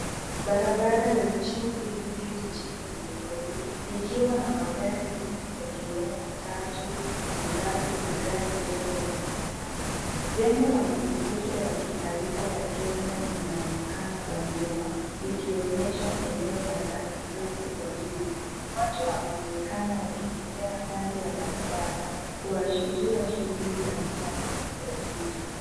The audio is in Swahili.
Barabara yenye shughuli nyingi jijini Nairobi likiwa na magari mengi yakiwemo mabasi, matatu na gari dogo la kibinafsi. Jengo la makumbusho ya kitaifa ya kenya inaonekana kwa nyuma, likionyesha eneo la katikati kwa jiji. Watu wanaonekana wakitembea kando ya barabara kuashiria shughuli za kila siku za jiji.